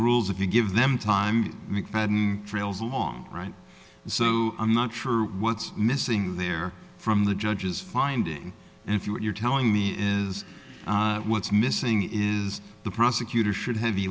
rules if you give them time mcfadden trails along right so i'm not sure what's missing there from the judge's finding and if you what you're telling me is what's missing is the prosecutor should hav